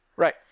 Right